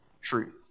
truth